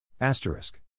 Asterisk